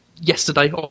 yesterday